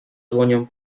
dłonią